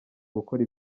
gukora